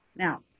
Now